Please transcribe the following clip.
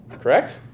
Correct